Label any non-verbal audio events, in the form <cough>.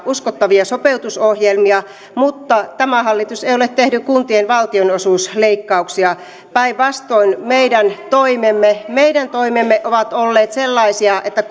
uskottavia sopeutusohjelmia mutta tämä hallitus ei ole tehnyt kuntien valtionosuusleikkauksia päinvastoin meidän toimemme meidän toimemme ovat olleet sellaisia että <unintelligible>